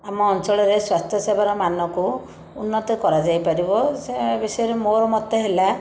ଆମ ଅଞ୍ଚଳରେ ସ୍ୱାସ୍ଥ୍ୟ ସେବାର ମାନକୁ ଉନ୍ନତ କରାଯାଇ ପାରିବ ସେ ବିଷୟରେ ମୋର ମତ ହେଲା